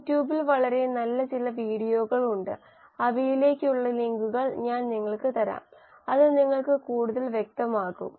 യുട്യൂബിൽ വളരെ നല്ല ചില വീഡിയോകൾ ഉണ്ട് അവയിലേക്കുള്ള ലിങ്കുകൾ ഞാൻ നിങ്ങൾക്ക് തരാം അത് നിങ്ങൾക്ക് കൂടുതൽ വ്യക്തമാക്കും